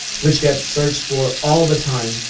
which gets searched for all the time,